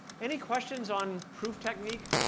any questions on proof technique?